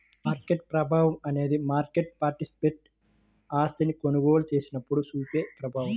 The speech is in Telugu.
మార్కెట్ ప్రభావం అనేది మార్కెట్ పార్టిసిపెంట్ ఆస్తిని కొనుగోలు చేసినప్పుడు చూపే ప్రభావం